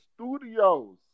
Studios